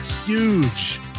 huge